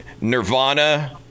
Nirvana